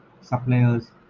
suppliers